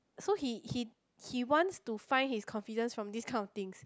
so he he he wants to find his confidence from these kind of things